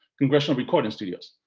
congressional recording studios.